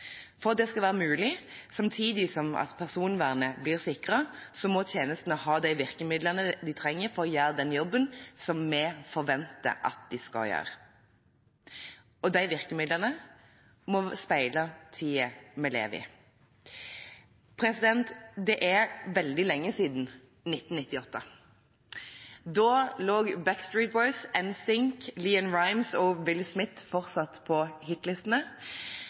For at det skal være mulig samtidig som personvernet blir sikret, må tjenestene ha de virkemidlene de trenger for å gjøre den jobben som vi forventer at de skal gjøre. Og de virkemidlene må speile tiden vi lever i. Det er veldig lenge siden 1998. Da lå Backstreet Boys, ‘N Sync, LeAnn Rimes og Will Smith fortsatt på hitlistene.